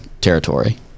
territory